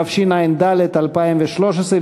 התשע"ד 2013,